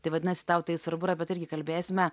tai vadinasi tau tai svarbu yra apie tai irgi kalbėsime